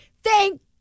thank